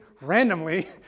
randomly